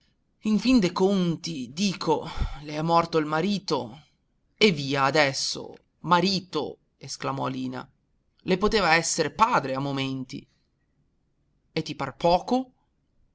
in fin de conti dico le è morto il marito eh via adesso marito esclamò lina le poteva esser padre a momenti e ti par poco